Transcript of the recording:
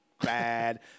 bad